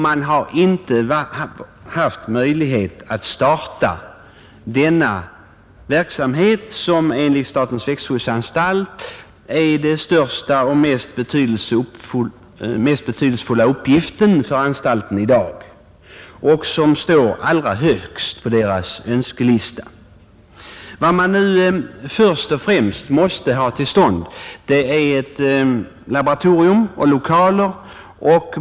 Man har inte haft möjlighet att starta denna verksamhet, som enligt statens växtskyddsanstalt är den största och Mest betydelsefulla uppgiften för anstalten i dag och som står allra högst uppe på dess önskelista. Vad man nu först och främst måste ha till stånd är ett laboratorium och lokaler.